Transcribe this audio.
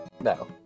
No